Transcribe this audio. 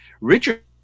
richard